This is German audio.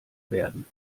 werden